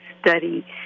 study